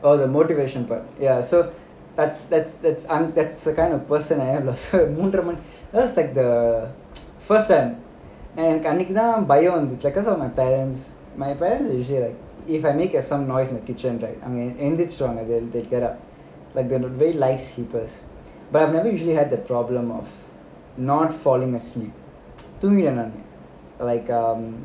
well the motivation but ya so that's that's that's enough that's the kind of person I am lah மூணரை மணி:moonarai mani that's like the first one அன்னைக்கு தான் பயம் வந்துச்சு:annaikku thaan bayam vanthuchu my parents my parents usually if I make some noise in the kitchen right எந்திருச்சுருவாங்க:enthiruchuruvaanga they would get up like they are very light sleepers but I have never usually had the problem of not falling asleep தூங்கல நானு:thoongala naanu like um